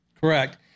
Correct